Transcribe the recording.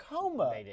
coma